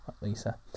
Lisa